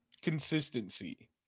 consistency